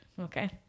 Okay